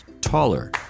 Taller